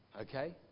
okay